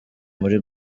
muri